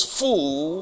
full